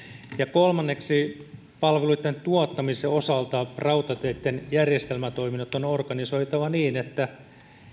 kolmanneksi palveluitten tuottamisen osalta rautateitten järjestelmätoiminnot on organisoitava niin että